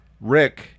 Rick